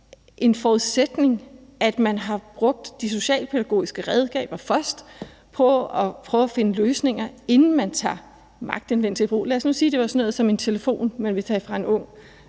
en forudsætning, at man har brugt de socialpædagogiske redskaber først og prøvet at finde løsninger, inden man tager magtanvendelse i brug. Lad os nu sige, at det var sådan noget som en telefon, man ville tage fra en ung